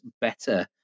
better